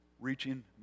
reaching